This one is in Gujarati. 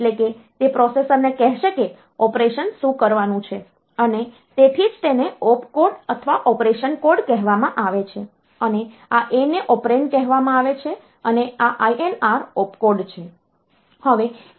એટલે કે તે પ્રોસેસરને કહેશે કે ઓપરેશન શું કરવાનું છે અને તેથી જ તેને ઓપકોડ અથવા ઓપરેશન કોડ કહેવામાં આવે છે અને આ A ને ઓપરેન્ડ કહેવામાં આવે છે અને આ INR ઓપકોડ છે